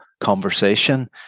conversation